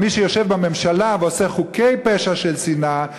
אבל מי שיושב בממשלה ועושה חוקי פשע של שנאה,